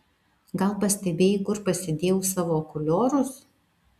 gal pastebėjai kur pasidėjau savo akuliorus